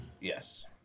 Yes